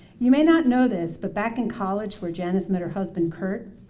you may not know this, but back in college where janice met her husband kurt,